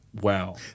wow